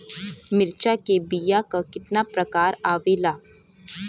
मिर्चा के बीया क कितना प्रकार आवेला?